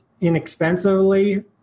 inexpensively